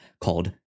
called